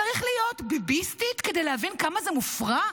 צריך להיות ביביסטית כדי להבין כמה זה מופרע?